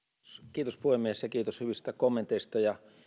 kiitos puhemies ja kiitos hyvistä kommenteista ja